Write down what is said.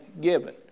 given